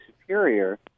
Superior